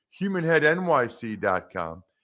humanheadnyc.com